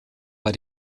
bei